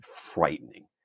frightening